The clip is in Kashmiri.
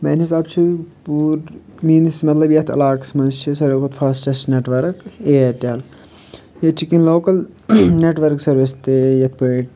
میٛانہِ حِساب چھُ پوٗرٕ میٛٲنِس مطلب یَتھ عَلاقَس منٛز چھِ سارِوٕے کھۄتہٕ فاسٹیٚسٹ نیٚٹ ؤرٕک اِیَرٹیٚل ییٚتہِ چھِ کیٚنٛہہ لوکَل نیٚٹ ؤرٕک سٔروِس تہِ یِتھٕ پٲٹھۍ